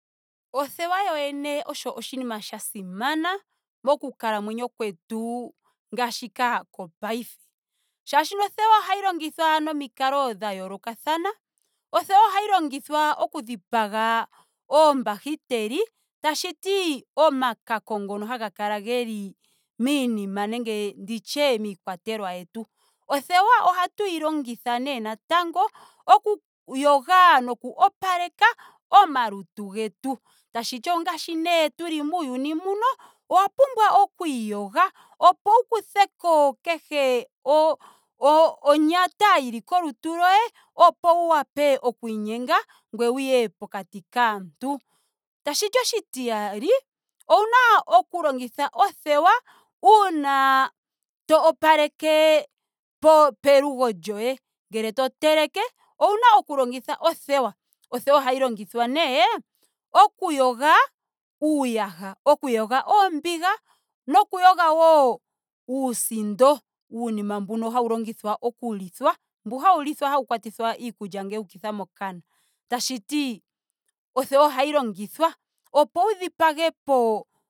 Othewa yo yene oyo oshinima sha simana moku kalamwenyo kwetu ngaashika kongaashingeyi. Molwaashoka othewa ohayi longithwa nomikalo dha yoolokathana. Othewa ohayi longithwa okudhipaga oobahiteli. tashiti omakako ngono haga kala geli miinima nenge nditye miikwatelwa yetu. Othewa ohatuyi longitha nee natango oku yoga noku opaleka omalutu getu. Tashiti ongaashi nee tuli muuyuni mbuno owa pumbwa okwiiyoga opo wu kutheko kehe o- o- onyata yili kolutu loye opo wu wape okwiinyenga ngoye wuye pokati kaantu. Tashiti oshitiyali. ouna okulongitha othewa uuna to opaleke po- pelugo lyoye. Ngele to teleke ouna oku longitha. Othewa ohayi longithwa nee oku yoga uuyaha. oku yoga oombinga. noku yoga wo uusindo. Uinima mbu hawu longithwa oku lithwa. mbu hau lithwa hau kwatithwa iikulya ngele yuukita mokana. tashiti othewa ohayi longithwa ooo wu dhipagepo